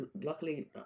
luckily